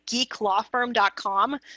geeklawfirm.com